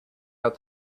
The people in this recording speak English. out